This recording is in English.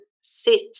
sit